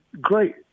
great